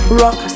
rock